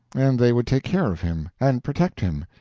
and they would take care of him, and protect him,